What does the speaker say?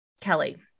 Kelly